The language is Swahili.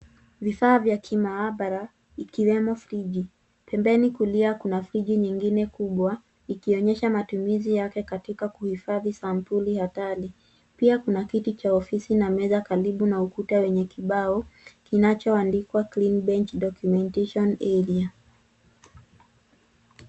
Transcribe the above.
Vifaa ya kimaabara ikiwemo friji. Pembeni kulia kuna friji nyingine kubwa ikionyesha matumizi yake katika kuhifadhi sampuli hatari. Pia kuna kiti cha ofisi na meza karibu na ukuta wenye kibao kinachoandikwa clean bench documentation area .